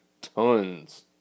Tons